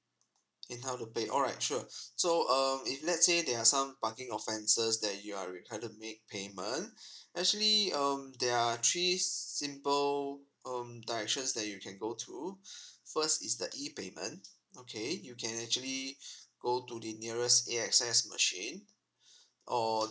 then how to pay alright sure so um if let's say they are some parking offences that you are required to make payment actually um there are three simple um directions that you can go to first is the e payment okay you can actually go to the nearest a access machine